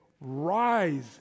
rise